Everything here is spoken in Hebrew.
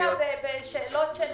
אותה בשאלות-